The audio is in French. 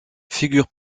figure